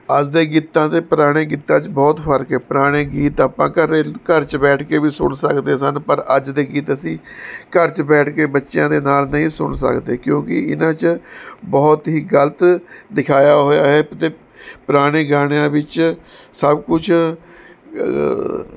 ਅੱਜ ਦੇ ਗੀਤਾਂ ਅਤੇ ਪੁਰਾਣੇ ਗੀਤਾਂ 'ਚ ਬਹੁਤ ਫ਼ਰਕ ਹੈ ਪੁਰਾਣੇ ਗੀਤ ਆਪਾਂ ਘਰੇ ਘਰ 'ਚ ਬੈਠ ਕੇ ਵੀ ਸੁਣ ਸਕਦੇ ਸਨ ਪਰ ਅੱਜ ਦੇ ਗੀਤ ਅਸੀਂ ਘਰ 'ਚ ਬੈਠ ਕੇ ਬੱਚਿਆਂ ਦੇ ਨਾਲ਼ ਨਹੀਂ ਸੁਣ ਸਕਦੇ ਕਿਉਂਕਿ ਇਨ੍ਹਾਂ 'ਚ ਬਹੁਤ ਹੀ ਗ਼ਲਤ ਦਿਖਾਇਆ ਹੋਇਆ ਹੈ ਅਤੇ ਪੁਰਾਣੇ ਗਾਣਿਆਂ ਵਿੱਚ ਸਭ ਕੁੱਛ